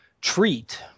treat